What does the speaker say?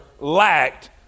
lacked